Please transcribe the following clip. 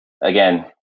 Again